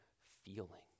feeling